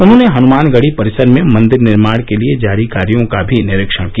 उन्होंने हनुमानगढ़ी परिसर में मंदिर निर्माण के लिए जारी कार्यो का भी निरीक्षण किया